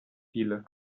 stille